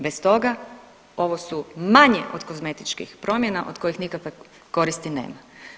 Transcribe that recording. Bez toga ovo su manje od kozmetičkih promjena od kojih nikakve koristi nema.